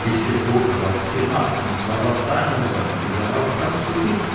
es wird wohl grad gemacht und zwar auf deiner seite darauf kannst du gift